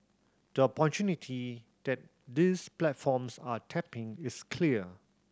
the opportunity that these platforms are tapping is clear